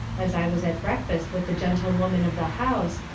as i was at breakfast with the gentlewoman of the house,